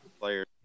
players